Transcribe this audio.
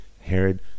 Herod